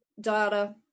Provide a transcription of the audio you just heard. data